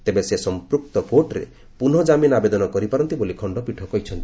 ତେବେ ସେ ସମ୍ପୁକ୍ତ କୋର୍ଟରେ ପୁନଃ ଜାମିନ ଆବଦେନ କରିପାରନ୍ତି ବୋଲି ଖଣ୍ଡପୀଠ କହିଚ୍ଚନ୍ତି